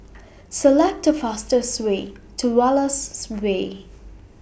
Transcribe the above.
Select The fastest Way to Wallace Way